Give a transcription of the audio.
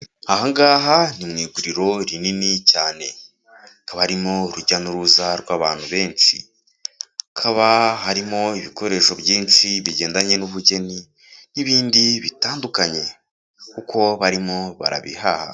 Aha ngaha ni mu iguriro rinini cyane. Hakaba harimo urujya n'uruza rw'abantu benshi. Hakaba harimo ibikoresho byinshi bigendanye n'ubugeni, n'ibindi bitandukanye kuko barimo barabihaha.